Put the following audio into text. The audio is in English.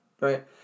right